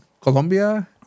Colombia